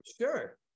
Sure